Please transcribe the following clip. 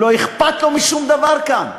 לא אכפת לו משום דבר כאן.